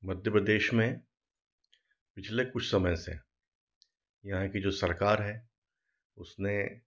मध्य प्रदेश में पिछले कुछ समय से यहाँ की जो सरकार है उसने